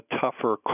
tougher